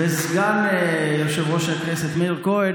ובפני סגן יושב-ראש הכנסת מאיר כהן,